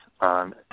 on